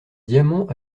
diamant